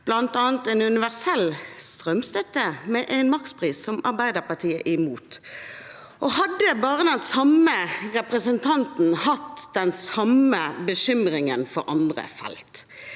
bl.a. en universell strømstøtte med en makspris, som Arbeiderpartiet er imot. Hadde bare den samme representanten hatt den samme bekymringen for andre felt.